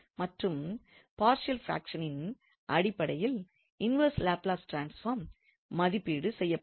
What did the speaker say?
மற்றும் பார்ஷியல் ப்ராக்ஷனின் அடிப்படையில் இன்வெர்ஸ் லாப்லஸ் ட்ரான்ஸ்பார்ம் மதிப்பீடு செய்யப்படுகிறது